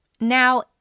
Now